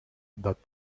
that